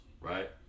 right